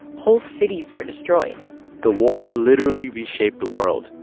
whole cities were destroyed the war literally reshaped the world.